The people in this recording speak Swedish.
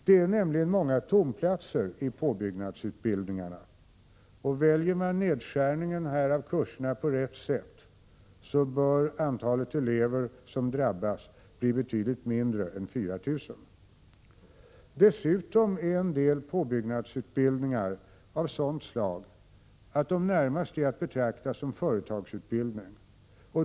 Det finns nämligen många tomma platser i påbyggnadsutbildningarna, och väljer man här nedskärningen av kurserna på rätt sätt så bör antalet elever som drabbas bli betydligt mindre än 4 000. Dessutom är en del påbyggnadsutbildningar av sådant slag att de närmast är att betrakta som företagsutbildning.